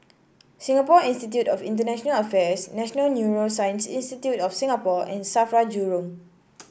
Singapore Institute of International Affairs National Neuroscience Institute of Singapore and Safra Jurong